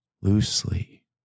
loosely